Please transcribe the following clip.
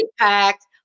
impact